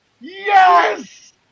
Yes